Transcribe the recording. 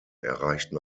erreichten